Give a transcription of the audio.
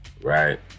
Right